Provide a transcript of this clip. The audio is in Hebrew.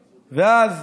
ואז,